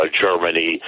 Germany